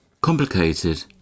Complicated